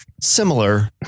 similar